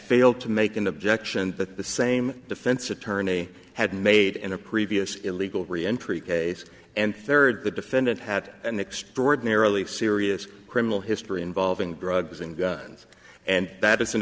failed to make an objection that the same defense attorney had made in a previous illegal reentry case and third the defendant had an extraordinarily serious criminal history involving drugs and guns and that as an